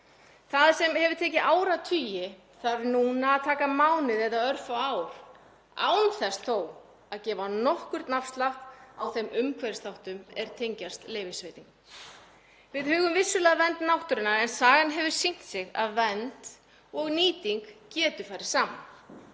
Það sem hefur tekið áratugi þarf núna að taka mánuði eða örfá ár án þess þó að gefa nokkurn afslátt af þeim umhverfisþáttum er tengjast leyfisveitingum. Við hugum vissulega að vernd náttúrunnar en sagan hefur sýnt sig að vernd og nýting getur farið saman.